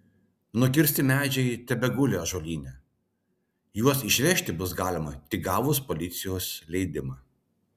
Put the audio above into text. nukirsti medžiai tebeguli ąžuolyne juos išvežti bus galima tik gavus policijos leidimą